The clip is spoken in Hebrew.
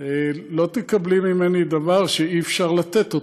לא תקבלי ממני דבר שאי-אפשר לתת אותו,